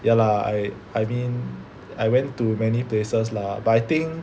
ya lah I I mean I went to many places lah but I think